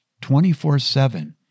24-7